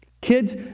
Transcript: Kids